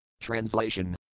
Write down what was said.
Translation